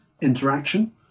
interaction